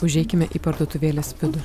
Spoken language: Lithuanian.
užeikime į parduotuvėlės vidų